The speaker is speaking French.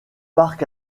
parc